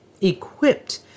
equipped